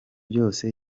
byose